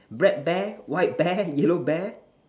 black bear white bear yellow bear